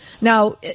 Now